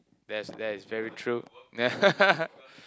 that is that is very true